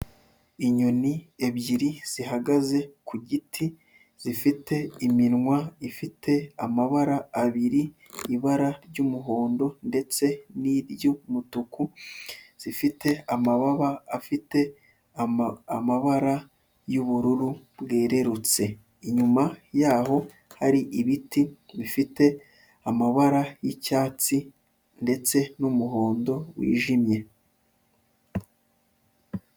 Inyoni ebyiri zihagaze ku giti zifite iminwa ifite amabara abiri, ibara ry'umuhondo ndetse n'iry'umutuku, zifite amababa afite amabara y'ubururu bwererutse. Inyuma yaho hari ibiti bifite amabara y'icyatsi ndetse n'umuhondo wijimye.